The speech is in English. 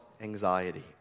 anxiety